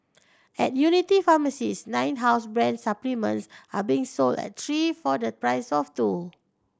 at Unity pharmacies nine house brand supplements are being sold at three for the price of two